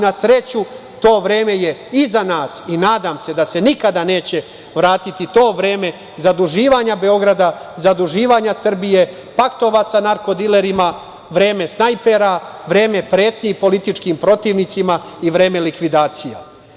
Na sreću, to vreme je iza nas i nadam se da se nikada neće vratiti to vreme zaduživanja Beograda, zaduživanja Srbije, paktova sa narko-dilerima, vreme snajpera, vreme pretnji političkim protivnicima i vreme likvidacija.